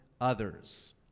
others